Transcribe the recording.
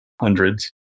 hundreds